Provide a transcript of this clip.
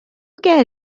care